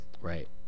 Right